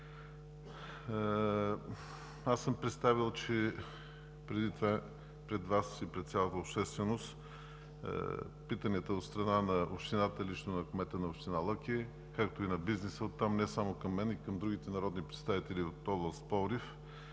съм преди това пред Вас и пред цялата общественост питанията от страна на общината и лично на кмета на община Лъки, както и на бизнеса там не само към мен, а и към другите народни представители от област Пловдив